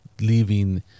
leaving